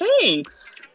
thanks